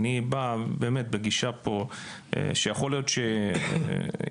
אני בא לפה בגישה שיכול להיות שהגענו,